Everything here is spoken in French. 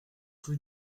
rue